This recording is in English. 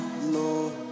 Lord